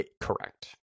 Correct